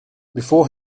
before